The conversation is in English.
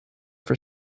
for